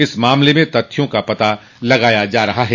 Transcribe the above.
इस मामले में तथ्यों का पता लगाया जा रहा है